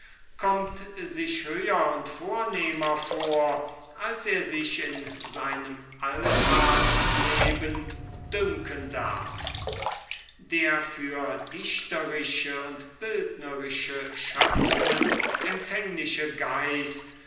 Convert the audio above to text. kommt sich höher und vornehmer vor als er sich in seinem alltagsleben dünken darf der für dichterische und bildnerische schöpfungen empfängliche geist